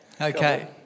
Okay